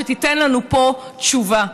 שתיתן לנו פה תשובה.